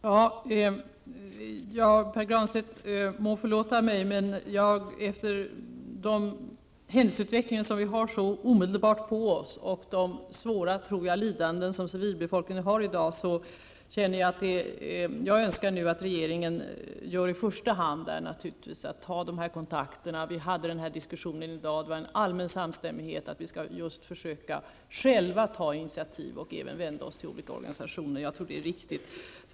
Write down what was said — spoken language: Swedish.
Herr talman! Pär Granstedt må förlåta mig, men efter den händelseutveckling som vi har så nära inpå oss och de svåra lidanden som civilbefolkningen har utsatts för i dag, önskar jag att det regeringen nu i första hand gör är att ta de här kontakterna. Vi hade den här diskussionen i dag, och det fanns en allmän samstämmighet om att vi själva skall försöka ta initiativ och även vända oss till olika organisationer. Jag tror att det är riktigt.